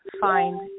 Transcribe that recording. find